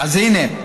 אז הינה,